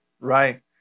right